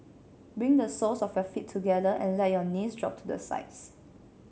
bring the soles of your feet together and let your knees drop to the sides